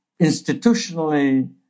institutionally